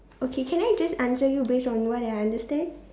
okay can I just answer you based on what I understand